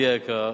ידידי היקר,